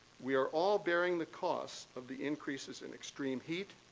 we are all bearing the costs of the increases in extreme heat,